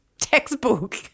textbook